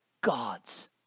God's